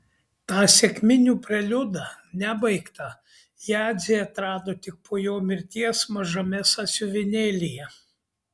tą sekminių preliudą nebaigtą jadzė atrado tik po jo mirties mažame sąsiuvinėlyje